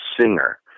singer